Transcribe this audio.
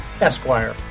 Esquire